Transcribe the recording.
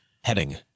heading